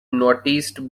noticed